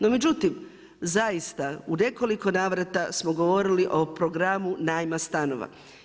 No međutim zaista, u nekoliko navrata smo govorili o programu najma stanova.